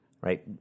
Right